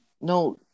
no